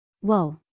Whoa